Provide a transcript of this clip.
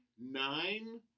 nine